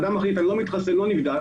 אדם מחליט שהוא לא מתחסן ולא נבדק,